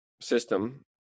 system